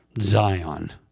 Zion